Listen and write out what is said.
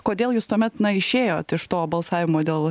kodėl jūs tuomet na išėjot iš to balsavimo dėl